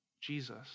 Jesus